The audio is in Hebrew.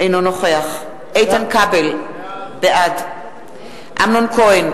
אינו נוכח איתן כבל, בעד אמנון כהן,